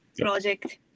project